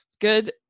Good